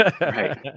Right